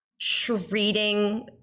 treating